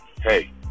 Hey